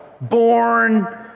born